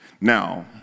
Now